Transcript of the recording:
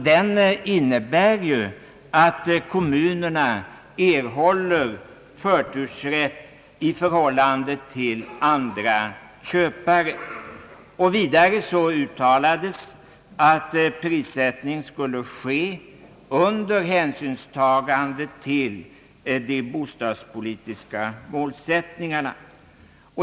Den innebär att kommunerna erhåller förtursrätt i förhållande till andra köpare. Vidare uttalades att prissättning skulle ske under hänsynstagande till de bostadspolitiska målsättningarna.